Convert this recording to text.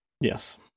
yes